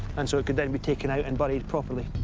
and so it can then be taken out and buried properly.